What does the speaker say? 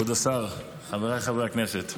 כבוד השר, חבריי חברי הכנסת,